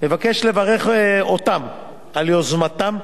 מבקש לברך אותם על יוזמתם,